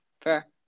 Fair